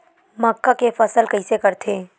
मक्का के फसल कइसे करथे?